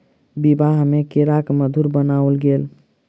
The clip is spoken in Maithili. विवाह में केराक मधुर बनाओल गेल